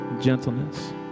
gentleness